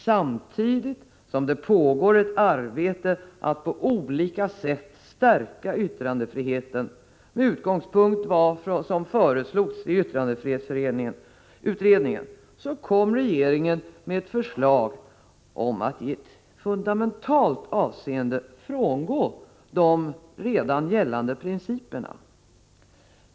Samtidigt som det pågår ett arbete att på olika sätt stärka yttrandefriheten med utgångspunkt från vad som föreslås av yttrandefrihetsutredningen, så kommer regeringen med ett förslag som i ett fundamentalt avseende frångår de redan gällande principerna.